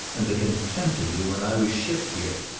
and the contempt of you when i was shipped here!